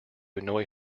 annoy